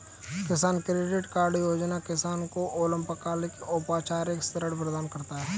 किसान credit card योजना किसान को अल्पकालिक औपचारिक ऋण प्रदान करता है